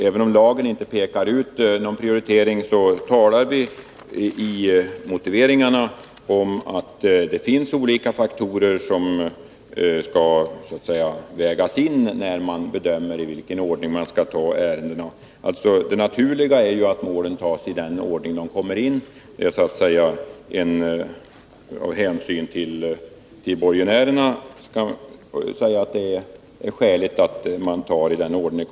Även om lagen inte pekar ut någon prioritering, talar vi i motiveringarna om att det finns olika faktorer att ta hänsyn till när man bedömer i vilken ordning ärendena skall tas. Det naturliga är ju att målen tas upp i den ordning de kommer in, och av hänsyn till borgenärerna är det skäligt att tillämpa den ordningen.